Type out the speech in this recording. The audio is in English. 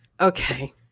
Okay